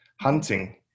hunting